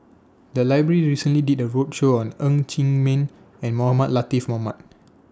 The Library recently did A roadshow on Ng Chee Meng and Mohamed Latiff Mohamed